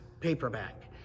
paperback